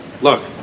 Look